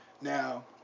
Now